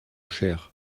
cher